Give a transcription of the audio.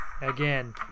Again